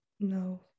no